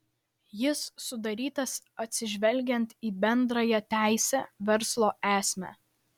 jis sudarytas atsižvelgiant į bendrąją teisę verslo esmę